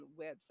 website